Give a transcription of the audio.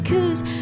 Cause